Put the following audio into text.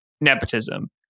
nepotism